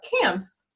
camps